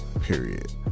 period